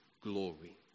glory